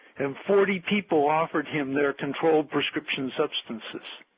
and forty people offered him their controlled prescription substances.